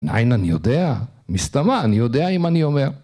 ‫מאין אני יודע. ‫מסתמא, אני יודע אם אני אומר.